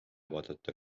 vaadata